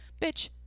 bitch